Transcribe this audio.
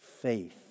faith